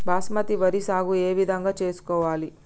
బాస్మతి వరి సాగు ఏ విధంగా చేసుకోవాలి?